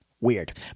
Weird